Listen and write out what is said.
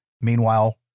Meanwhile